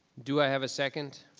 do i have a second?